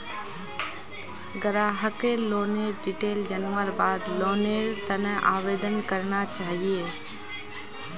ग्राहकक लोनेर डिटेल जनवार बाद लोनेर त न आवेदन करना चाहिए